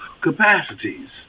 capacities